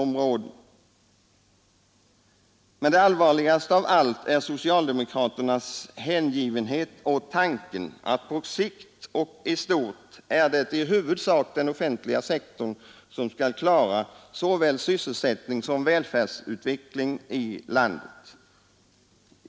Men det allvarligaste av allt är socialdemokraternas hängivenhet åt tanken att på sikt och i stort är det i huvudsak den offentliga sektorn som skall klara såväl sysselsättning som välfärdsutveckling i landet.